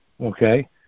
okay